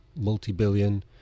multi-billion